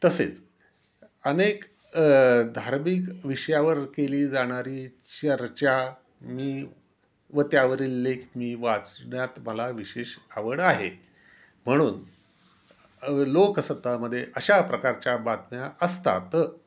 तसेच अनेक धार्मिक विषयावर केली जाणारी चर्चा मी व त्यावरील लेख मी वाचण्यात मला विशेष आवड आहे म्हणून लोकसत्तामध्ये अशा प्रकारच्या बातम्या असतात